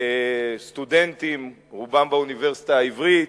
סטודנטים, רובם באוניברסיטה העברית,